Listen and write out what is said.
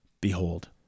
behold